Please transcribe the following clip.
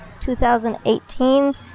2018